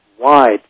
wide